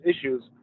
issues